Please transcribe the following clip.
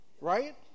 right